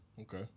Okay